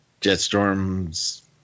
Jetstorm's